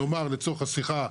נאמר לצורך השיחה,